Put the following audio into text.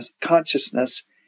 consciousness